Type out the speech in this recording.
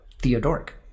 Theodoric